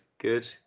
Good